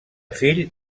fill